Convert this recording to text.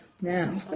now